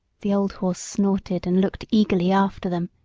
the old horse snorted and looked eagerly after them,